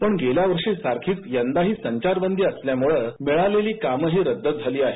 पण गेल्या वर्षी सारखीच यंदाही संचारबंदी लागल्यामुळे मिळालेली कामंही रद्द झाली आहेत